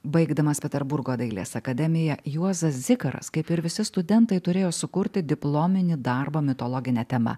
baigdamas peterburgo dailės akademiją juozas zikaras kaip ir visi studentai turėjo sukurti diplominį darbą mitologine tema